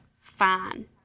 Fine